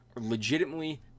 legitimately